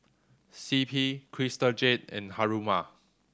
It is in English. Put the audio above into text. C P Crystal Jade and Haruma